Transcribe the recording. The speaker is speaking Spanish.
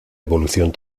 evolución